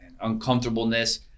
uncomfortableness